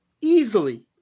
Easily